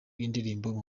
y’indirimbo